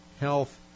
health